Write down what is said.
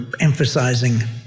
emphasizing